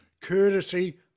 courtesy